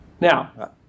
Now